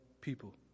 people